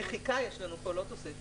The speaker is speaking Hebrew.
אנחנו מבקשים מחיקה, לא תוספת.